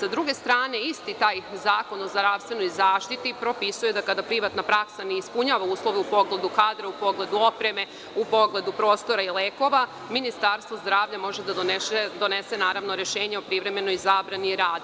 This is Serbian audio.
S druge strane, isti taj Zakon o zdravstvenoj zaštiti propisuje da kada privatna praksa ne ispunjava uslove u pogledu kadra, u pogledu opreme, u pogledu prostora i lekova, Ministarstvo zdravlja može da donese rešenje o privremenoj zabrani rada.